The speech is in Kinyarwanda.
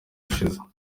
ushize